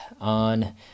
on